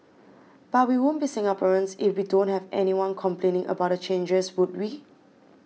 but we won't be Singaporeans if we don't have anyone complaining about the changes would we